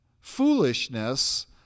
foolishness